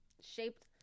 Shaped